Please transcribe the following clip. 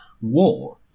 war